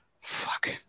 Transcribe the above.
fuck